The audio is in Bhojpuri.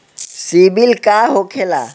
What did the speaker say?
सीबील का होखेला?